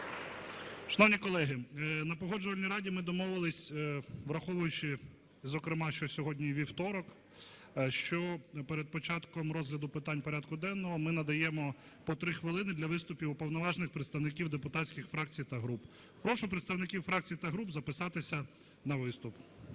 Шановні колеги, на Погоджувальній раді ми домовилися, враховуючи, зокрема, що сьогодні вівторок, що перед початком розгляду питань порядку денного ми надаємо по 3 хвилини для виступів уповноважених представників депутатських фракцій та груп. Прошу представників фракцій та груп записатися на виступ.